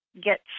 get